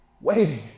waiting